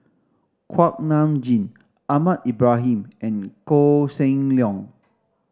Kuak Nam Jin Ahmad Ibrahim and Koh Seng Leong